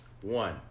One